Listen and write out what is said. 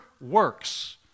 works